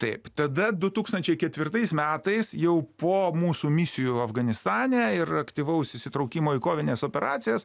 taip tada du tūkstančiai ketvirtais metais jau po mūsų misijų afganistane ir aktyvaus įsitraukimo į kovines operacijas